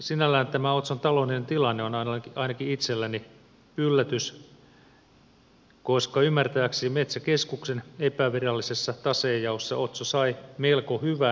sinällään otson taloudellinen tilanne on ainakin itselleni yllätys koska ymmärtääkseni metsäkeskuksen epävirallisessa tasejaossa otso sai melko hyvän taseen